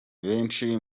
benshi